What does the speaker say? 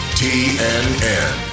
tnn